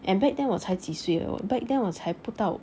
and back then 我才几岁 back then 我才不到